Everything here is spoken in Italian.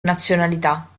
nazionalità